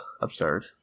absurd